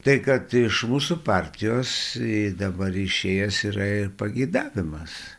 tai kad iš mūsų partijos dabar išėjęs yra ir pageidavimas